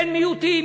בן-מיעוטים,